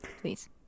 Please